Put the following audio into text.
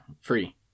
free